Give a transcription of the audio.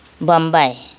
Mumbai